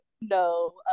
no